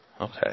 Okay